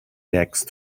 next